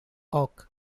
oak